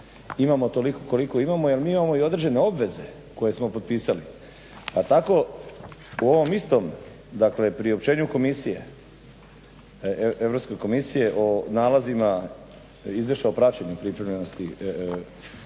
imamo toliko koliko imamo jer mi imamo i određene obveze koje smo potpisali pa tako u ovom istom priopćenju Europske komisije o nalazima … praćenju pripremljenosti